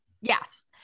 Yes